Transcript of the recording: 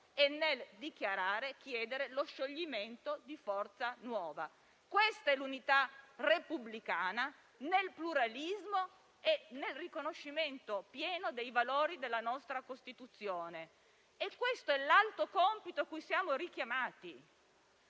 e nel chiedere lo scioglimento di Forza Nuova. Questa è l'unità repubblicana, nel pluralismo e nel riconoscimento pieno dei valori della nostra Costituzione. Questo è l'alto compito cui siamo richiamati